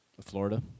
Florida